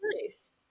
nice